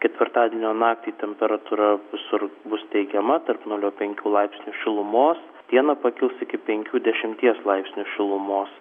ketvirtadienio naktį temperatūra visur bus teigiama tarp nulio penkių laipsnių šilumos dieną pakils iki penkių dešimties laipsnių šilumos